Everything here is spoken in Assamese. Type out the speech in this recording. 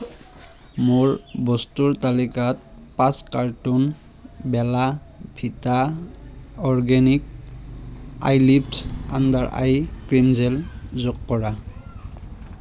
মোৰ বস্তুৰ তালিকাত পাঁচ carton Bella Vita organic eyelift under eye cream gel যোগ কৰা